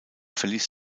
verließ